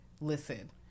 Listen